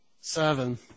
Seven